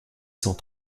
cent